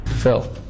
Phil